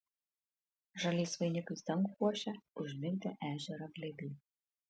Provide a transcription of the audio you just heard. žaliais vainikais dangų puošia užmigdę ežerą glėby